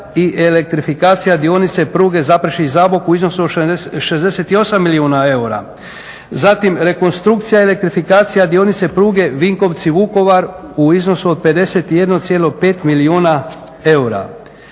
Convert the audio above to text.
i elektrifikacija dionice pruge Zaprešić – Zabok u iznosu od 68 milijuna eura. Zatim rekonstrukcija i elektrifikacija dionice pruge Vinkovci – Vukovar u iznosu od 51,5 milijuna eura.